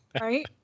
right